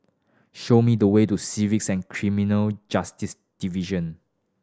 show me the way to Civils and Criminal Justice Division